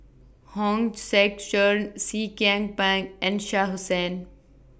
Hong Sek Chern Seah Kian Peng and Shah Hussain